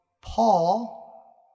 Paul